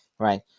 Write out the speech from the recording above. right